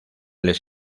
les